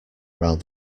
around